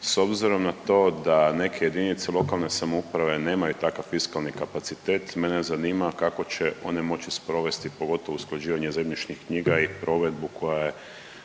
S obzirom na to da neke jedinice lokalne samouprave nemaju takav fiskalni kapacitet mene zanima kako će one moći sprovesti pogotovo usklađivanje zemljišnih knjiga i provedbu koja je